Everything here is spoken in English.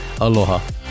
Aloha